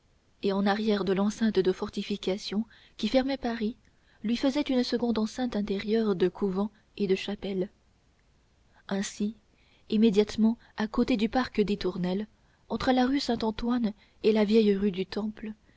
et en arrière de l'enceinte de fortifications qui fermait paris lui faisait une seconde enceinte intérieure de couvents et de chapelles ainsi immédiatement à côté du parc des tournelles entre la rue saint-antoine et la vieille rue du temple